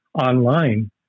online